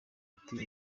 ati